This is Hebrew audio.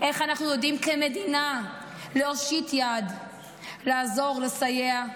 איך אנחנו יודעים כמדינה להושיט יד, לעזור, לסייע,